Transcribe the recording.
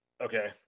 okay